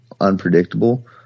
unpredictable